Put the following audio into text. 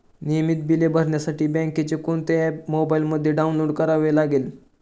नियमित बिले भरण्यासाठी बँकेचे कोणते ऍप मोबाइलमध्ये डाऊनलोड करावे लागेल?